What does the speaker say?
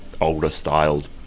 older-styled